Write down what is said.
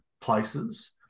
places